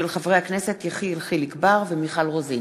הצעתם של חברי הכנסת יחיאל חיליק בר ומיכל רוזין.